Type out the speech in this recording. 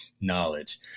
knowledge